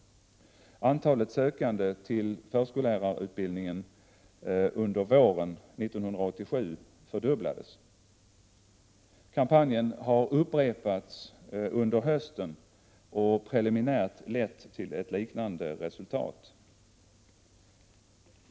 Antalet sökande till förskollärarutbildningen under våren 1987 fördubblades. Kampanjen har upprepats under hösten och preliminärt lett till ett liknande resultat.